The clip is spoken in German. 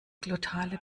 glottale